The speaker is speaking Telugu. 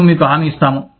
మేము మీకు హామీ ఇస్తాము